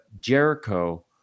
Jericho